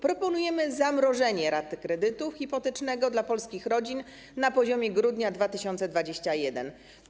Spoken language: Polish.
Proponujemy zamrożenie rat kredytu hipotecznego dla polskich rodzin na poziomie grudnia 2021 r.